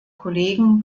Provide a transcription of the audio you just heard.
kollegen